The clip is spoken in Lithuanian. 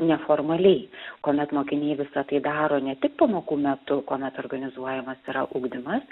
neformaliai kuomet mokiniai visa tai daro ne tik pamokų metu kuomet organizuojamas yra ugdymas